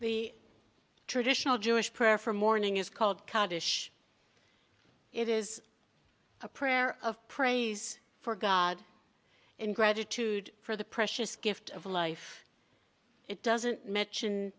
the traditional jewish prayer for morning is called kodesh it is a prayer of praise for god and gratitude for the precious gift of life it doesn't mention